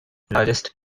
largest